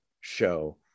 show